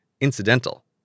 incidental